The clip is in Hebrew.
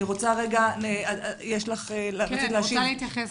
רצית להשיב.